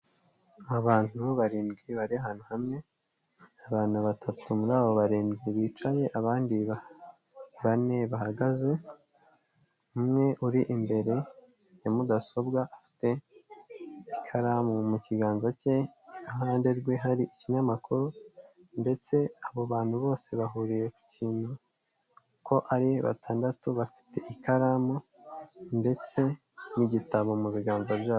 Abantu barindwi bari ahantu hamwe, abantu batatu muri abo barindwi bicaye abandi bane barahagaze, umwe uri imbere ya mudasobwa, afite ikaramu mu kiganza cye, iruhande rwe hari ikinyamakuru ndetse abo bantu bose bahuriye ku kintu uko ari batandatu, bafite ikaramu ndetse n'gitabo mu biganza byabo.